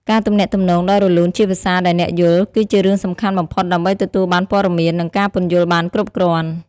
ការទំនាក់ទំនងដោយរលូនជាភាសាដែលអ្នកយល់ គឺជារឿងសំខាន់បំផុតដើម្បីទទួលបានព័ត៌មាន និងការពន្យល់បានគ្រប់គ្រាន់។